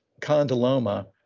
condyloma